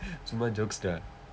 சும்மா:summaa jokes dah